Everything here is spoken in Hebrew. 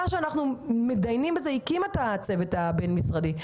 שאנחנו דנים בזה והקימה צוות בין-משרדי,